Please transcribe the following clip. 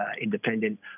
independent